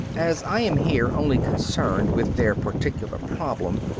as i am here only concerned with their particular problem,